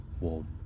warm